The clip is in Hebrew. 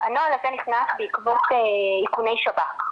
הנוהל הזה נכנס בעקבות איכוני שב"כ.